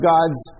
God's